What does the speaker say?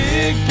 Big